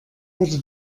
wurde